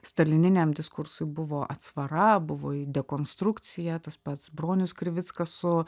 stalininiam diskursui buvo atsvara buvo dekonstrukcija tas pats bronius krivickas su